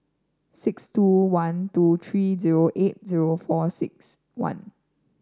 six two one two three zero eight zero four six one